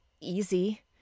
easy